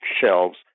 shelves